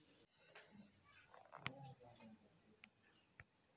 hydroponics ತಂತ್ರದಿಂದ ಮಣ್ಣಿಲ್ದೆ ನೀರಿನ ಸಹಾಯದಿಂದ ಟೊಮೇಟೊ ಹಾಗೆ ಇತರ ಕಾಯಿಗಡ್ಡೆಗಳನ್ನ ಬೆಳಿಬೊದು